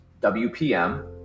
WPM